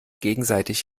gegenseitig